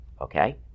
Okay